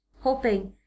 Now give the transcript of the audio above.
hoping